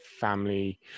family